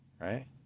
Right